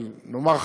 אבל נאמר,